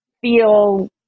feel